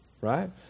right